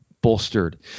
bolstered